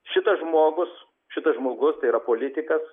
šitas žmogus šitas žmogus tai yra politikas